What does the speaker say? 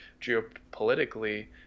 geopolitically